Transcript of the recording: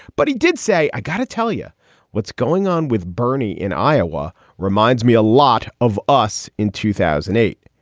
but he did say, i got to tell you what's going on with bernie in iowa. reminds me a lot of us in two thousand and eight.